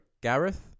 Gareth